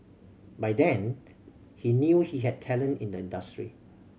by then he knew he had talent in the industry